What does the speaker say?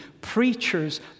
preachers